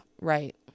Right